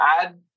add